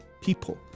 people